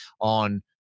on